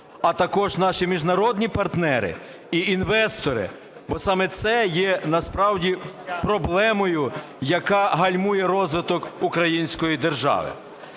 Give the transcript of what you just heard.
а також наші міжнародні партнери і інвестори, бо саме це є насправді проблемою, яка гальмує розвиток української держави.